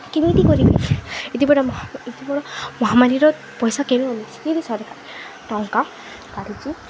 କେମିତି କରିବେ ଏତେ ବଡ଼ ଏତେ ବଡ଼ ମହାମାରୀର ପଇସା ସରକାର ଟଙ୍କା କାଡ଼ିଛି